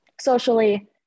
socially